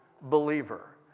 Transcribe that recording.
believer